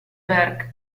berck